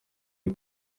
aje